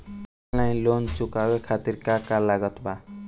Online loan चुकावे खातिर का का लागत बा?